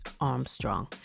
Armstrong